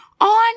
on